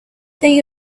thing